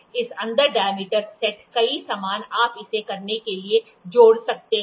इस अंदर diameter set कई सामान आप इसे करने के लिए जोड़ सकते हैं